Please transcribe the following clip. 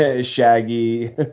shaggy